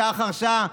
שעה אחר שעה,